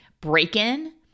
Break-In